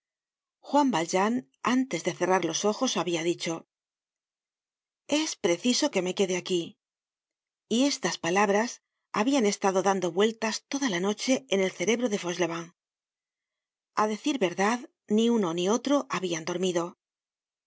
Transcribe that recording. juan valjean antes de cerrar los ojos habia dicho es preciso que me quede aquí y estas palabras habian estado dando vueltas toda la noche en el cerebro de fauchelevent a decir verdad ni uno ni otro habian dormido